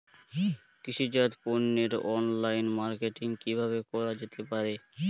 কৃষিজাত পণ্যের online marketing কিভাবে করা যেতে পারে?